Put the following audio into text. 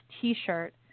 T-shirt